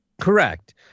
Correct